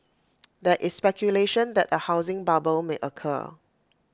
there is speculation that A housing bubble may occur